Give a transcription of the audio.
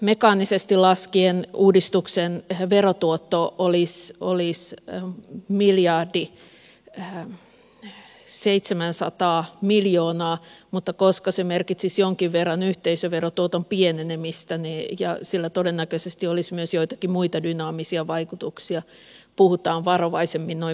mekaanisesti laskien uudistuksen verotuotto olisi miljardi seitsemänsataa miljoonaa mutta koska se merkitsisi jonkin verran yhteisöverotuoton pienenemistä ja sillä todennäköisesti olisi myös joitakin muita dynaamisia vaikutuksia puhutaan varovaisemmin noin miljardista